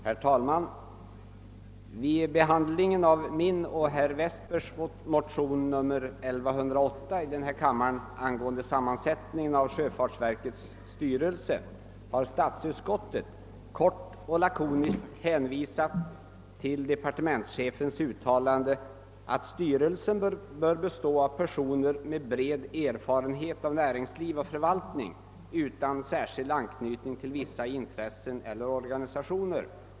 Herr talman! Vid behandlingen av min och herr Westbergs motion nr 1108 i denna kammare angående sammansättningen av sjöfartsverkets styrelse har utskottet kort och lakoniskt hänvisat till departementschefens uttalande, att styrelsen bör bestå av personer med bred erfarenhet av näringsliv och förvaltning utan särskild anknytning till vissa intressen eller organisationer.